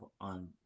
on